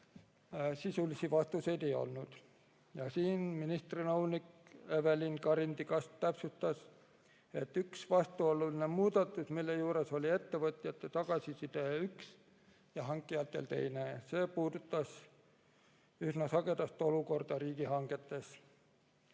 sisulisi [vaidlusi] ei olnud. Ministri nõunik Evelin Karindi-Kask täpsustas, et üks vastuoluline muudatus, mille juures oli ettevõtjate tagasiside üks, aga hankijatel teine, puudutas üsna sagedast olukorda riigihangetes.